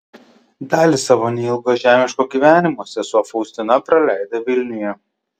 dalį savo neilgo žemiško gyvenimo sesuo faustina praleido vilniuje